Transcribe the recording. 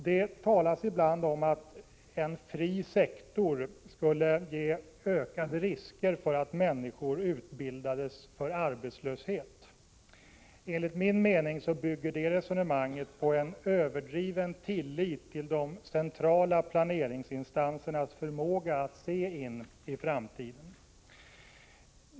Det talas ibland om att en fri sektor skulle ge ökade risker för att människor utbildas för arbetslöshet. Enligt min mening bygger det resonemanget på en överdriven tillit till de centrala planeringsinstansernas förmåga att se in i framtiden.